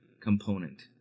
component